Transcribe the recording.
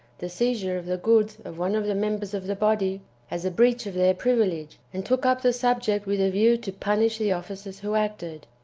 the seizure of the goods of one of the members of the body as a breach of their privilege, and took up the subject with a view to punish the officers who acted.